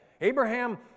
Abraham